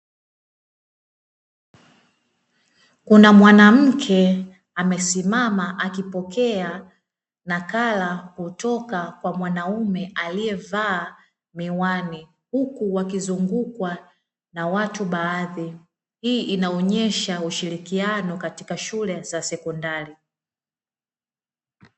Kuna mwanamke amesimama akipokea nakala kutoka kwa mwanaume aliyevaa miwani, huku wakizungukwa na watu baadhi. Hii inaonyesha ushirikiano katika shule za sekondari.